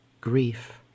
grief